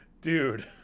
Dude